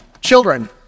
children